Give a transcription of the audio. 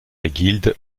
guilde